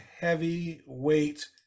heavyweight